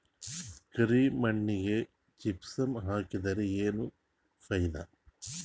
ಕರಿ ಮಣ್ಣಿಗೆ ಜಿಪ್ಸಮ್ ಹಾಕಿದರೆ ಏನ್ ಫಾಯಿದಾ?